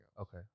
Okay